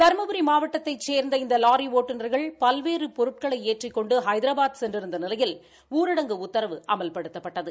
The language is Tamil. தருமபுரி மாவட்டத்தைச் சேர்ந்த இந்த லாரி ஒட்டுநர்கள் பல்வேறு பொருட்களை ஏற்றிக் கொண்டு ஹைதராபாத் சென்றிருந்த நிலையில் ஊரடங்கு உத்தரவு அமல்படுத்தப்பட்டது